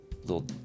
little